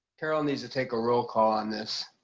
carol needs to take a roll call on this.